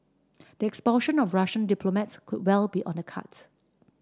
the expulsion of Russian diplomats could well be on the cards